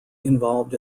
involved